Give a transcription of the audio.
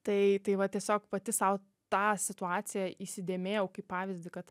tai tai va tiesiog pati sau tą situaciją įsidėmėjau kaip pavyzdį kad